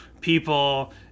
people